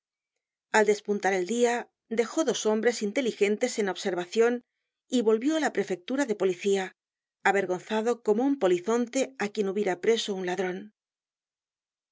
al despuntar el dia dejó dos hombres inteligentes en observacion y volvió á la prefectura de policía avergonzado como un polizonte á quien hubiera preso un ladron